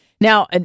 Now